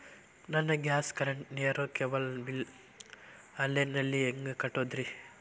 ನನ್ನ gas, current, ನೇರು, cable bill online ನಲ್ಲಿ ಹೆಂಗ್ ಕಟ್ಟೋದ್ರಿ?